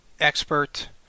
expert